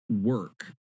work